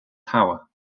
tower